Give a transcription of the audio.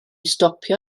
stopio